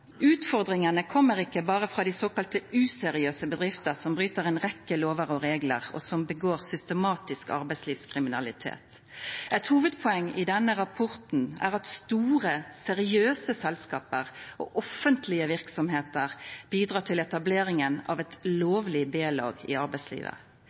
kommer ikke bare fra såkalt «useriøse» bedrifter som bryter en rekke lover og regler, og som begår systematisk arbeidslivskriminalitet. Et hovedpoeng i denne rapporten er at store, seriøse selskaper og offentlige virksomheter bidrar til etableringen av et